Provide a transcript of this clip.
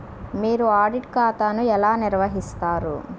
మీరు ఆడిట్ ఖాతాను ఎలా నిర్వహిస్తారు?